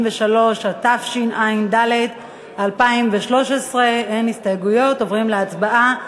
53), התשע"ד 2013. אין הסתייגויות, עוברים להצבעה.